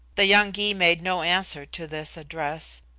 the young gy made no answer to this address.